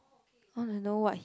I want to know what he